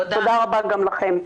תודה לכם.